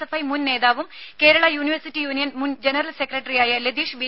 F I മുൻ നേതാവും Kerala university union മുൻ ജനറൽ സെക്രട്ടറിയുമായ ലതീഷ് ബി